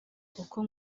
kuko